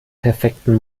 perfekten